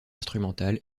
instrumentale